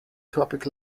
tropic